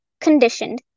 conditioned